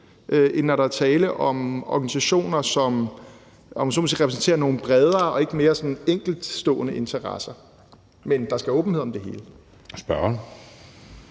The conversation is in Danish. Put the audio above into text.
end når der er tale om organisationer, som, om man så må sige, repræsenterer nogle bredere og ikke sådan mere enkeltstående interesser. Men der skal være åbenhed om det hele.